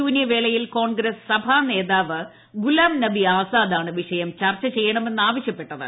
ശൂന്യവേളയിൽ കോൺഗ്രസ് സഭാനേതാവ് ഗുലാം നബി ആസാദാണ് വിഷയം ചർച്ച ചെയ്യണമെന്ന് ആവശ്യപ്പെട്ടത്